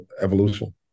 evolution